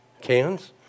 cans